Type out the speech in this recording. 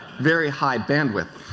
very high bandwidth.